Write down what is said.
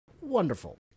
Wonderful